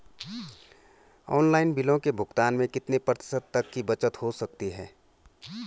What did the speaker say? Online बिलों के भुगतान में कितने प्रतिशत तक की बचत हो सकती है?